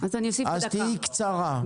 אז תהיי קצרה.